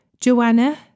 Joanna